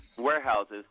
warehouses